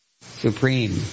Supreme